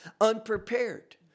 unprepared